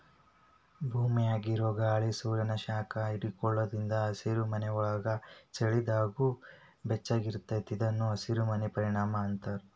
ಭೂಮ್ಯಾಗಿರೊ ಗಾಳಿ ಸೂರ್ಯಾನ ಶಾಖ ಹಿಡ್ಕೊಳೋದ್ರಿಂದ ಹಸಿರುಮನಿಯೊಳಗ ಚಳಿಗಾಲದಾಗೂ ಬೆಚ್ಚಗಿರತೇತಿ ಇದನ್ನ ಹಸಿರಮನಿ ಪರಿಣಾಮ ಅಂತಾರ